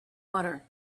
water